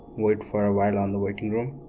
wait for a while on the waiting room